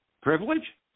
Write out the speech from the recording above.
Privilege